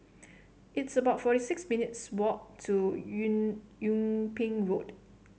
it's about forty six minutes' walk to Yung Yung Ping Road